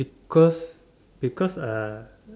because because uh